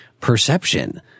perception